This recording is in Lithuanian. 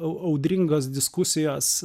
audringos diskusijos